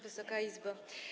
Wysoka Izbo!